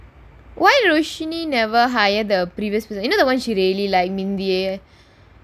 why roshni never hire the previous one you know the [one] she really liked binthiye